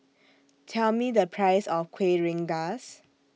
Tell Me The Price of Kuih Rengas